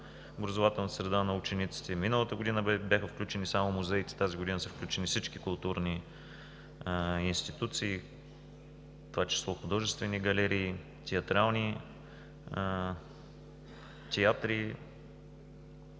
образователната среда на учениците. Миналата година бяха включени само музеите, тази година са включени всички културни институции, в това число художествени галерии, театри.